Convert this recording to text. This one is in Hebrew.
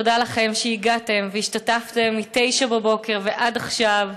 תודה לכם שהגעתם והשתתפתם מ-9:00 בבוקר ועד עכשיו